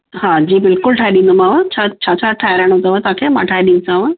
हा जी बिल्कुलु ठाहे ॾींदोमाव छ छा छा ठहाराइणो अथव तव्हांखे मां ठाहे ॾींदीसाव